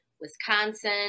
Wisconsin